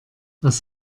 was